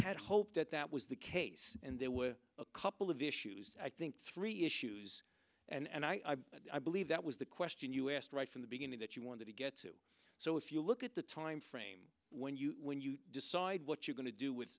had hoped that that was the case and there were a couple of issues i think three issues and i i believe that was the question you asked right from the beginning that you wanted to get to so if you look at the time frame when you when you decide what you're going to do with